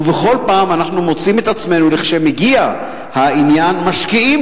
ובכל פעם אנחנו מוצאים את עצמנו כשמגיע העניין משקיעים